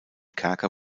kerker